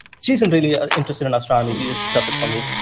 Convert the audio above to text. she isn't really interested in astronomy, she just does it for me.